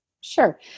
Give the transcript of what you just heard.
Sure